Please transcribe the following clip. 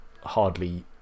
hardly